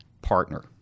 partner